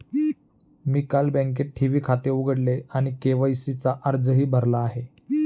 मी काल बँकेत ठेवी खाते उघडले आणि के.वाय.सी चा अर्जही भरला आहे